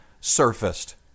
surfaced